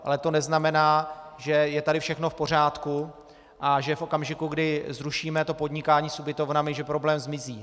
Ale to neznamená, že tady je všechno v pořádku a že v okamžiku, kdy zrušíme podnikání s ubytovnami, problém zmizí.